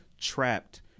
trapped